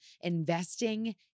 investing